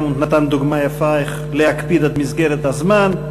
הוא גם נתן דוגמה יפה איך להקפיד על מסגרת הזמן.